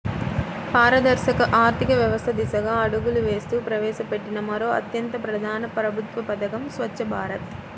పారదర్శక ఆర్థిక వ్యవస్థ దిశగా అడుగులు వేస్తూ ప్రవేశపెట్టిన మరో అత్యంత ప్రధాన ప్రభుత్వ పథకం స్వఛ్చ భారత్